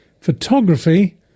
photography